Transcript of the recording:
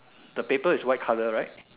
the paper is white color right